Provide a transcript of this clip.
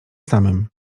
samym